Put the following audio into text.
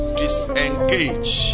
disengage